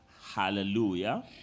hallelujah